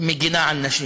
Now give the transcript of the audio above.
שמגינה על נשים.